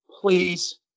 please